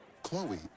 Chloe